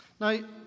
Now